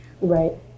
right